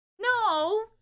No